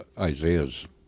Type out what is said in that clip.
isaiah's